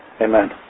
Amen